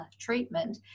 treatment